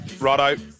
Righto